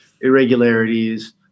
irregularities